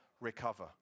recover